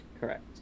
Correct